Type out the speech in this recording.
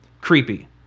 creepy